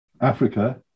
Africa